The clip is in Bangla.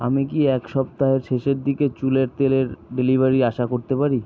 আমি কি এক সপ্তাহের শেষের দিকে চুলের তেলের ডেলিভারি আশা করতে পারি